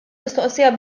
mistoqsija